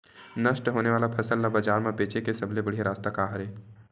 नष्ट होने वाला फसल ला बाजार मा बेचे के सबले बढ़िया रास्ता का हरे?